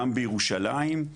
גם בירושלים,